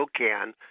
SOCAN